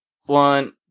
one